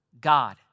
God